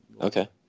Okay